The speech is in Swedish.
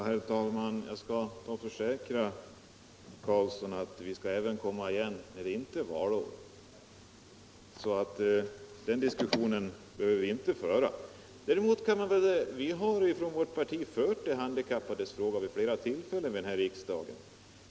Herr talman! Jag kan försäkra herr Karlsson i Huskvarna att vi skall komma igen även när det inte är valår. Den diskussionen behöver vi område 120 inte föra. Vi har från vårt parti fört de handikappades talan vid flera tillfällen här i riksdagen.